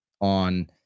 on